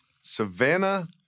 Savannah